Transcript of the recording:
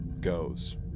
goes